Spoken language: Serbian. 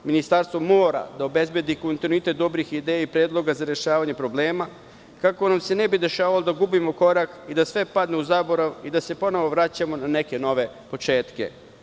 Ministarstvo mora da obezbedi kontinuitet dobrih ideja i predloga za rešavanje problema, kako nam se ne bi dešavalo da gubimo korak i da sve padne u zaborav i da se ponovo vraćamo na neke nove početke.